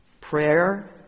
prayer